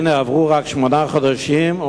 והנה עברו רק שמונה חודשים,